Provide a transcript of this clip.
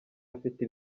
afite